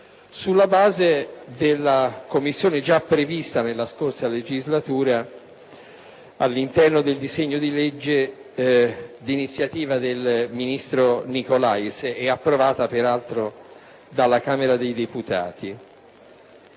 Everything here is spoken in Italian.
sulla base di quella già prevista nella scorsa legislatura all'interno del disegno di legge di iniziativa dell'ex ministro Nicolais e approvata, peraltro, dalla Camera dei deputati.